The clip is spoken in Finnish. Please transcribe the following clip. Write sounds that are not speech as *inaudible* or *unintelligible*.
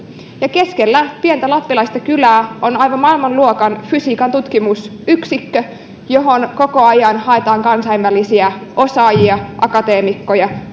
keskellä pientä lappilaista kylää on aivan maailmanluokan fysiikan tutkimusyksikkö johon koko ajan haetaan kansainvälisiä osaajia akateemikkoja *unintelligible*